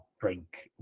drink